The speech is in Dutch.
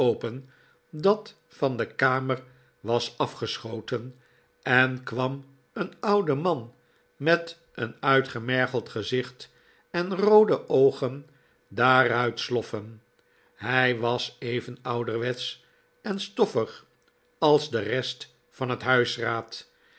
dat van de kamer was afgeschoten en kwam een oude man met een uitgemergeld gezicht en roode oogen daaruit sloffen hij was even ouderwetsch en stoffig als de rest van het